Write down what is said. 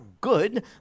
good